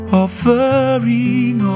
offering